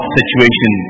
situation